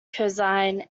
cosine